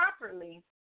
properly